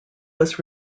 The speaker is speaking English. was